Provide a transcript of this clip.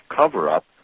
cover-up